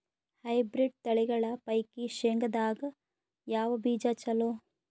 Hybrid ತಳಿಗಳ ಪೈಕಿ ಶೇಂಗದಾಗ ಯಾವ ಬೀಜ ಚಲೋ?